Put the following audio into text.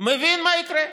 מבין מה יקרה: